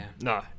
No